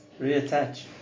reattach